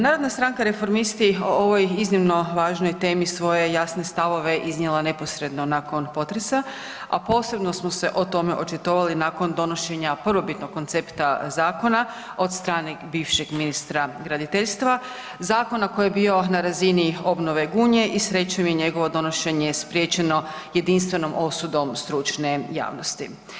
Narodna stranka Reformisti o ovoj iznimno važnoj temi svoje jasne stavove iznijela je neposredno nakon potresa, a posebno smo se o tome očitovali nakon donošenja prvobitno koncepta zakona od strane bivšeg ministra graditeljstva, zakona koji je bio na razini obnove Gunje i srećom i njegovo donošenje je spriječeno jedinstvenom osudom stručne javnosti.